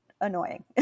annoying